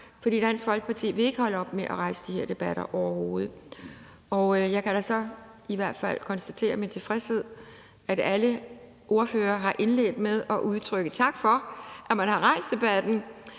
For Dansk Folkeparti vil overhovedet ikke holde op med at rejse de her debatter, og jeg kan da så i hvert fald med tilfredshed konstatere, at alle ordførere har indledt med at udtrykke en tak for, at man har rejst debatten.